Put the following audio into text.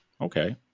okay